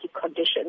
conditions